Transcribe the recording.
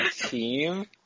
team